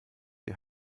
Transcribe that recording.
die